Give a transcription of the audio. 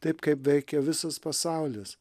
taip kaip veikia visas pasaulis